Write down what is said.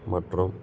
மற்றும்